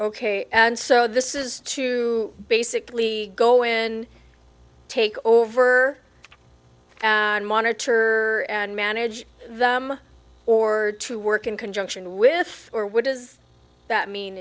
ok and so this is to basically go in take over monitor and manage them or to work in conjunction with or what does that mean